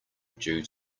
due